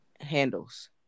Handles